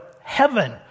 Heaven